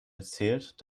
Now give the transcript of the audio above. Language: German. erzählt